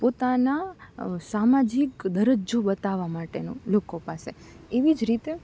પોતાના સામાજિક દરજજો બતાવવા માટેનો લોકો પાસે એવી જ રીતે